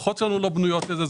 כשהמערכות שלנו לא בנויות לזה.